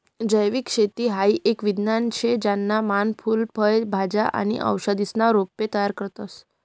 जैविक शेती हाई एक विज्ञान शे ज्याना मान फूल फय भाज्या आणि औषधीसना रोपे तयार करतस